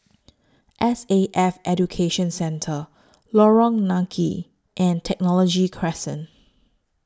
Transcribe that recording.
S A F Education Centre Lorong Nangka and Technology Crescent